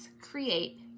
create